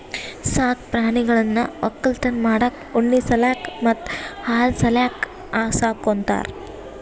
ಸಾಕ್ ಪ್ರಾಣಿಗಳನ್ನ್ ವಕ್ಕಲತನ್ ಮಾಡಕ್ಕ್ ಉಣ್ಣಿ ಸಲ್ಯಾಕ್ ಮತ್ತ್ ಹಾಲ್ ಸಲ್ಯಾಕ್ ಸಾಕೋತಾರ್